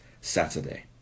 saturday